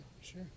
Sure